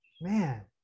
Man